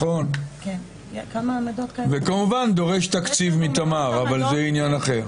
זה כמובן דורש תקציב מתמר, אבל זה עניין אחר.